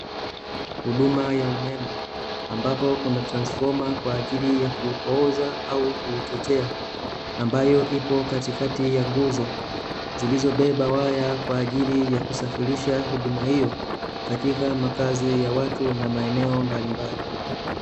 Huduma ya umeme ambapo kuna transfoma kwaajili ya kuupooza au kuuchochea, ambayo ipo katikakti ya nguzo zilizobeba waya kwaajili ya kusafirisha huduma hio, katika makazi ya watu na maeneo mbalimbali.